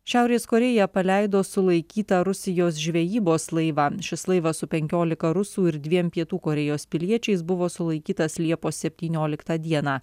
šiaurės korėja paleido sulaikytą rusijos žvejybos laivą šis laivas su penkiolika rusų ir dviem pietų korėjos piliečiais buvo sulaikytas liepos septynioliktą dieną